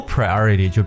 Priority